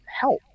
help